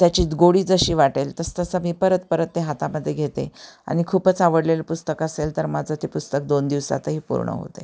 त्याची गोडी जशी वाटेल तसं तसं मी परत परत ते हातामध्ये घेते आणि खूपच आवडलेलं पुस्तक असेल तर माझं ते पुस्तक दोन दिवसातही पूर्ण होते